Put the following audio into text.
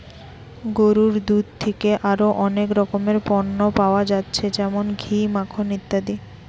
গরুর দুধ থিকে আরো অনেক রকমের পণ্য পায়া যাচ্ছে যেমন ঘি, মাখন ইত্যাদি